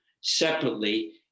separately